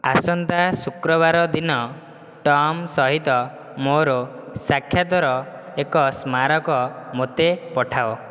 ଆସନ୍ତା ଶୁକ୍ରବାର ଦିନ ଟମ୍ ସହିତ ମୋର ସାକ୍ଷାତର ଏକ ସ୍ମାରକ ମୋତେ ପଠାଅ